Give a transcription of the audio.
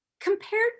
Compared